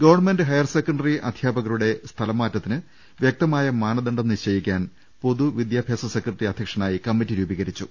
government higher secondary അധ്യാപകരുടെ സ്ഥലമാറ്റത്തിന് വ്യക്തമായ മാനദണ്ഡം നിശ്ചയിക്കാൻ പൊതു വിദ്യാഭ്യാസ സെക്ര ട്ടറി അധ്യക്ഷനായി കമ്മറ്റി രൂപീകരിച്ചു